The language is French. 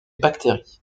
bactéries